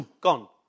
Gone